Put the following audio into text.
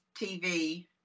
tv